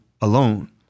alone